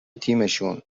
تیمشون